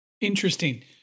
Interesting